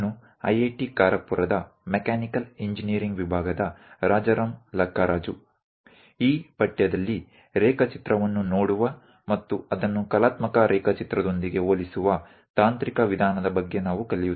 હું આઈઆઈટી ખડગપુર ના mechanical engineering વિભાગ નો પ્રાધ્યાપક રાજારામ લકારાજુ છું આ અભ્યાસક્રમમાં કોર્સમાં આપણે ડ્રોઇંગ ચિત્રને જોવાની તકનીકી રીત વિશે શીખીશું અને કલાત્મક ચિત્ર સાથે તેની તુલના કરીશું